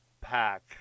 pack